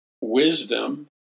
wisdom